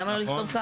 למה לא לכתוב כך?